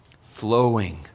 Flowing